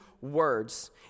words—